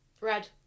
Red